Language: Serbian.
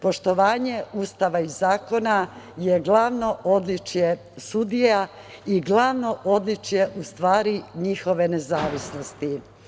Poštovanje Ustava i zakona je glavno odličje sudija i glavno odličje u stvari njihove nezavisnosti.